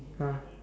ya